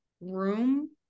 room